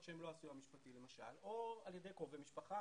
שהן לא הסיוע המשפטי או על ידי קרובי משפחה,